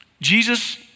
Jesus